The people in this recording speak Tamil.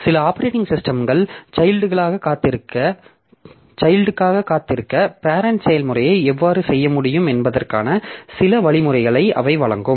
சில ஆப்பரேட்டிங் சிஸ்டம்கள் சைல்ட்க்காக காத்திருக்க பேரெண்ட் செயல்முறையை எவ்வாறு செய்ய முடியும் என்பதற்கான சில வழிமுறைகளை அவை வழங்கும்